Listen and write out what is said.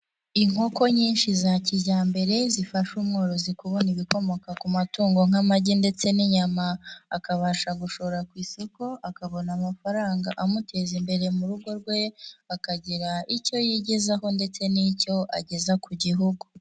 Inkoko nyinshi za kijyambere, zifasha umworozi kubona ibikomoka ku matungo nk'amagi ndetse n'inyama, akabasha gushora ku isoko akabona amafaranga amuteza imbere mu rugo rwe akagira icyo yigezaho ndetse n'icyo ageza ku gihugu.